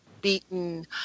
beaten